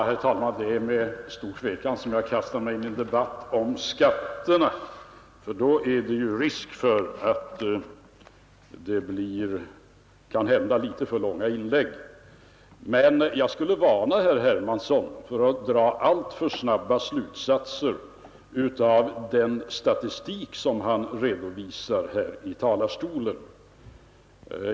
Herr talman! Det är med stor tvekan som jag kastar mig in i en debatt om skatterna, för det är ju risk för att det då kan bli litet för långa inlägg. Men jag skulle vilja varna herr Hermansson för att dra alltför snabba slutsatser av den statistik som han redovisar här i talarstolen.